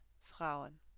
Frauen